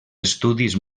estudis